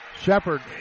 Shepard